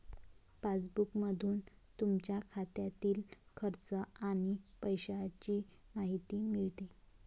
पासबुकमधून तुमच्या खात्यातील खर्च आणि पैशांची माहिती मिळते